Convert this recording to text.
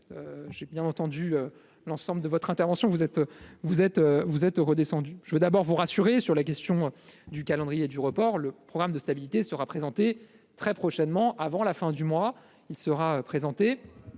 j'ai bien entendu l'ensemble de votre intervention, vous êtes, vous êtes vous êtes redescendu je veux d'abord vous rassurer sur la question du calendrier du report, le programme de stabilité sera présenté très prochainement, avant la fin du mois,